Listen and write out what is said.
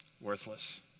Worthless